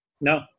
No